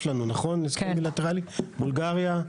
בולגריה?